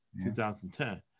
2010